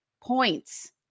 points